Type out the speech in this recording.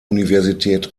universität